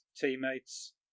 teammates